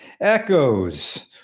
echoes